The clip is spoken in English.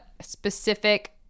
specific